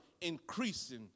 increasing